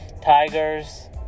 Tigers